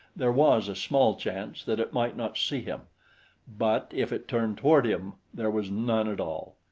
there was a small chance that it might not see him but if it turned toward him there was none at all.